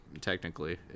technically